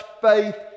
faith